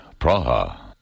Praha